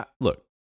look